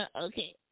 okay